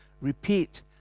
Repeat